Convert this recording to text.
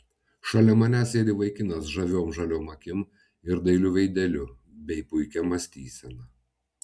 šalia manęs sėdi vaikinas žaviom žaliom akim ir dailiu veideliu bei puikia mąstysena